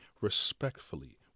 respectfully